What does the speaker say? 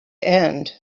end